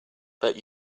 bet